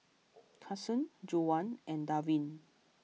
Cason Juwan and Darvin